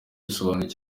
bisobanuye